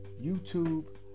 YouTube